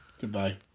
Goodbye